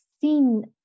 seen